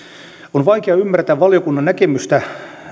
on vaikea ymmärtää valiokunnan näkemystä